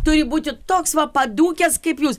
turi būti toks va padūkęs kaip jūs